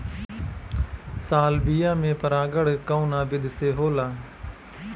Salvia में परागण कउना विधि से होला?